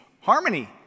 harmony